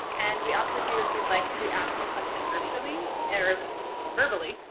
and we also do if you'd like to ask a question, virtually error verbally,